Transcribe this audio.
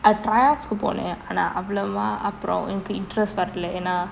uh try outs வுக்கு போனேன் ஆனா அவ்ளோவா அப்பறோம் எனக்கு:vukku ponen aana avalova approm enakku interest வரல ஏண்ணா:varale enna